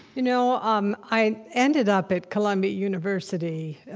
you know um i ended up at columbia university,